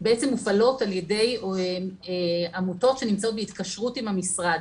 מופעלות על ידי עמותות שנמצאות בהתקשרות עם המשרד.